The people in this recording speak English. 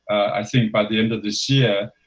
i think, by the end of this year,